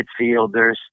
midfielders